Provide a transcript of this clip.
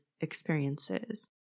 experiences